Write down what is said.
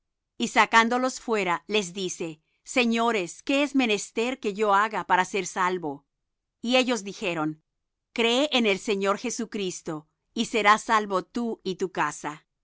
y sacándolos fuera le dice señores qué es menester que yo haga para ser salvo y ellos dijeron cree en el señor jesucristo y serás salvo tú y tu casa